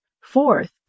fourth